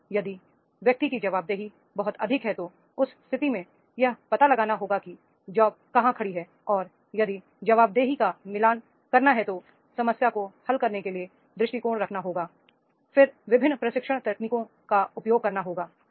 और यदि व्यक्ति की जवाबदेही बहुत अधिक है तो उस स्थिति में यह पता लगाना होगा कि जॉब कहां खड़ी है और यदि जवाबदेही का मिलान करना है तो समस्या को हल करने के लिए दृष्टिकोण रखना होगा फिर विभिन्न प्रशिक्षण तकनीकों का उपयोग करना होगा